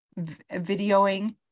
videoing